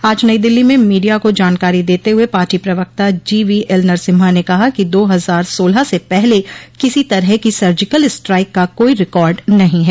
आज नई दिल्ली में मीडिया को जानकारी देते हुए पार्टी प्रवक्ता जीवीएल नरसिम्हा ने कहा कि दो हजार सोलह से पहले किसी तरह के सर्जिकल स्ट्राइक का कोई रिकार्ड नहीं है